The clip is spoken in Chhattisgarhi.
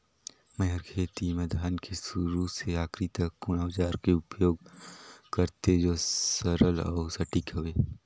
मै हर खेती म धान के शुरू से आखिरी तक कोन औजार के उपयोग करते जो सरल अउ सटीक हवे?